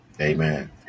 Amen